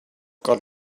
got